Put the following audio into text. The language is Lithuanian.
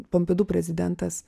pompidu prezidentas